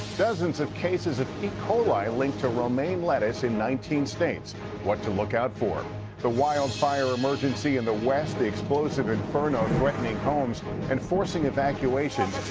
dozens of cases of e. coli linked to romaine lettuce in nineteen states what to look out for the wildfire emergency in the west. the explosive inferno threatening homes and forcing evacuations.